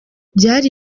byari